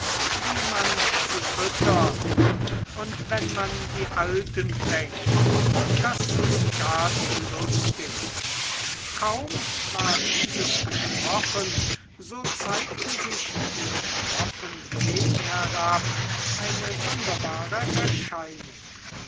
wie man sie füttert und wenn man die alten fängt das ist gar zu lustig kaum war dieses gesprochen so zeigte sich den schroffen weg herab eine sonderbare erscheinung